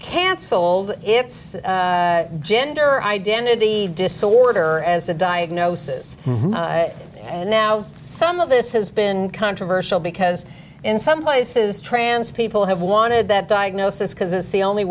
canceled its gender identity disorder as a diagnosis and now some of this has been controversial because in some places trans people have wanted that diagnosis because it's the only